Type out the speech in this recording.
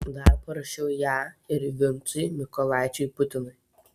dar parašiau ją ir vincui mykolaičiui putinui